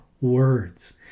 words